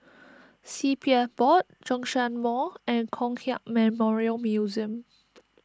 C P F Board Zhongshan Mall and Kong Hiap Memorial Museum